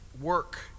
work